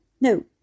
No